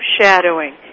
shadowing